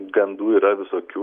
gandų yra visokių